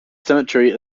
symmetry